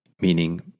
meaning